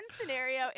scenario